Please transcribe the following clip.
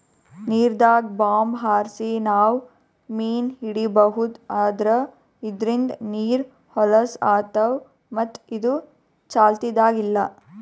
ನೀರ್ದಾಗ್ bomb ಹಾರ್ಸಿ ನಾವ್ ಮೀನ್ ಹಿಡೀಬಹುದ್ ಆದ್ರ ಇದ್ರಿಂದ್ ನೀರ್ ಹೊಲಸ್ ಆತವ್ ಮತ್ತ್ ಇದು ಚಾಲ್ತಿದಾಗ್ ಇಲ್ಲಾ